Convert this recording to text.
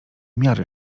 miary